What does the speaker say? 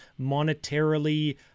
monetarily